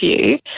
view